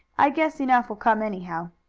i guess enough will come anyhow.